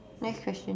next question